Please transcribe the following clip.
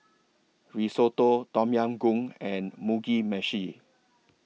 Risotto Tom Yam Goong and Mugi Meshi